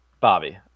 Bobby